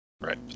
Right